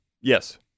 Yes